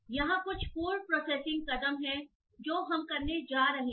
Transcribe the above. यहाँ कुछ पूर्व प्रोसेसिंग कदम हैं जो हम करने जा रहे हैं